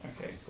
Okay